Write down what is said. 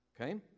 Okay